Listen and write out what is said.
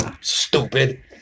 Stupid